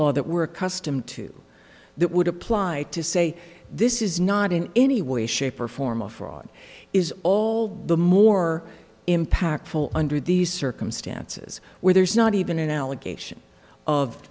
law that we're accustomed to that would apply to say this is not in any way shape or form a fraud is all the more impactful under these circumstances where there's not even an allegation of